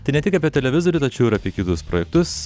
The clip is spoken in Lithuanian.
tai ne tik apie televizorių tačiau ir apie kitus projektus